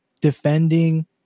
defending